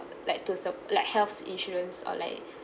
like those uh like health insurance or like